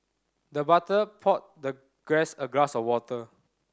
the butler poured the guest a glass of water